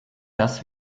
das